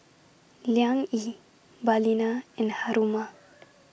Liang Yi Balina and Haruma